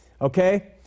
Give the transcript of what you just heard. okay